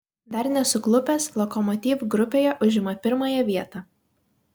dar nesuklupęs lokomotiv grupėje užima pirmąją vietą